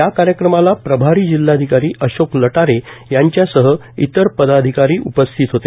या कार्यक्रमाला प्रभारी जिल्हाधिकारी अशोक लटारे यांच्यासह इतर पदाधिकारी उपस्थित होते